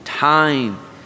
Time